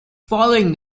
following